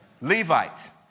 Levites